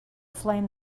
flame